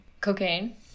Cocaine